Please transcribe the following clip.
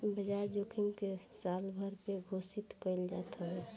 बाजार जोखिम के सालभर पे घोषित कईल जात हवे